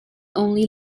only